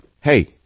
hey